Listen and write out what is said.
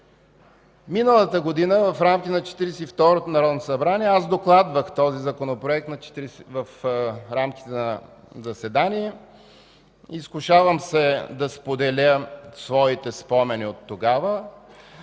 миналата година, в рамките на Четиридесет и второто народно събрание аз докладвах този Законопроект в рамките на заседание. Изкушавам се да споделя своите спомени оттогава.